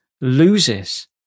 loses